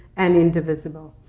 and indivisible.